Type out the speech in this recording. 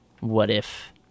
what-if